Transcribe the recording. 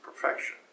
perfection